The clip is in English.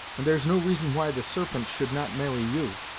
and there's no reason why the serpent should not marry you.